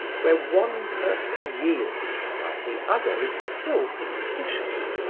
where one person yields while the other is still suspicious,